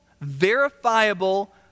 verifiable